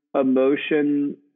emotion